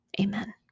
Amen